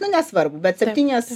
na nesvarbu bet septynias